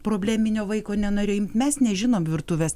probleminio vaiko nenorėjo imt mes nežinom virtuvės